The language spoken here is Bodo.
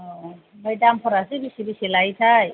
अ ओमफ्राय दामफोरासो बेसे बेसे लायोथाय